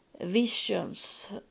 visions